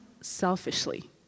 selfishly